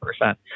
percent